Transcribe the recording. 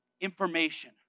information